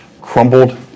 crumbled